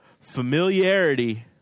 Familiarity